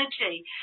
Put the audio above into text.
energy